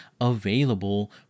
available